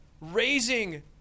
raising